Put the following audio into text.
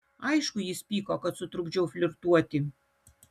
aišku jis pyko kad sutrukdžiau flirtuoti